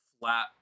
flat